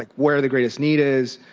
like where the greatest need is,